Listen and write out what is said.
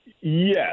Yes